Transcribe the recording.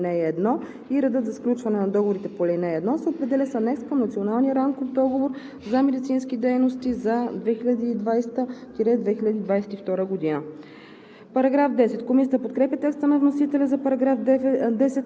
(2) Условията, на които трябва да отговарят изпълнителите на медицинска помощ по ал. 1 и редът за сключване на договорите по ал. 1, се определят с анекс към Националния рамков договор за медицинските дейности за 2020 – 2022 г.“